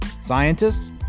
scientists